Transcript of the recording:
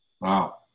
Wow